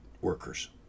workers